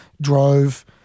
drove